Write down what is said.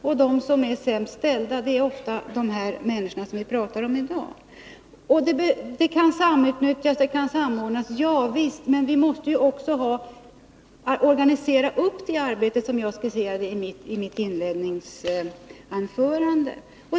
Och de som är Onsdagen den sämst ställda är ofta de människor som vi talar om i dag. 19 maj 1982 Resurserna kan samutnyttjas och arbetet kan samordnas, säger Rune Gustavsson. Ja visst, men vi måste också organisera upp arbetet så som jag skisserade i mitt inledningsanförande.